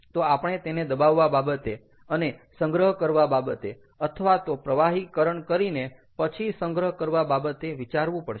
તો આપણે તેને દબાવવા બાબતે અને સંગ્રહ કરવા બાબતે અથવા તો પ્રવાહીકરણ કરીને પછી સંગ્રહ કરવા બાબતે વિચારવું પડશે